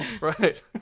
right